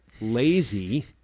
lazy